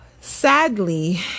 sadly